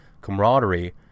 camaraderie